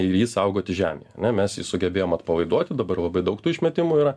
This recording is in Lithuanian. ir jį saugoti žemėje ane mes jį sugebėjom atpalaiduoti dabar labai daug tų išmetimų yra